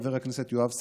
חבר הכנסת יואב סגלוביץ',